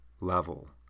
level